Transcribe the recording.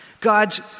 God's